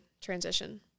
transition